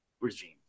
regime